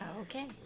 Okay